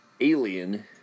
alien